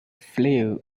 flew